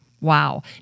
Wow